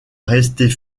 rester